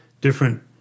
different